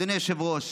אדוני היושב-ראש,